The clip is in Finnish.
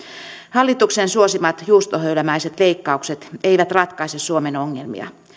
hallituksen suosimat juustöhöylämäiset leikkaukset eivät ratkaise suomen ongelmia